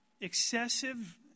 excessive